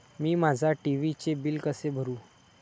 मी माझ्या टी.व्ही चे बिल कसे भरू?